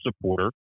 supporter